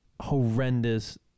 horrendous